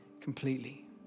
completely